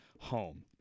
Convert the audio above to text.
Home